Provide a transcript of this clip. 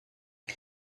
and